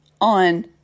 on